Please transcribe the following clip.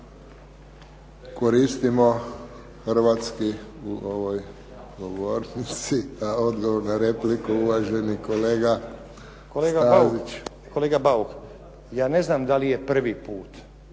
Koristimo hrvatski u ovoj govornici. Odgovor na repliku, uvaženi kolega Stazić. **Stazić, Nenad (SDP)** Kolega Bauk, ja ne znam da li je prvi put